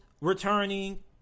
returning